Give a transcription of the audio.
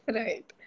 right